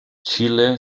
xile